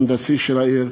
הצוות ההנדסי של העיר,